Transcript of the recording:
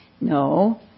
No